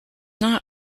not